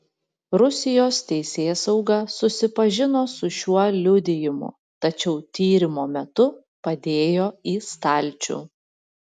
rusijos teisėsauga susipažino su šiuo liudijimu tačiau tyrimo metu padėjo į stalčių